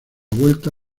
vuelta